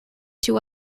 two